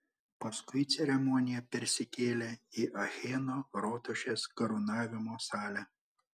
paskui ceremonija persikėlė į acheno rotušės karūnavimo salę